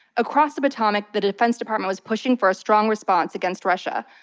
across the potomac, the defense department was pushing for a strong response against russia.